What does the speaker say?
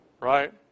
right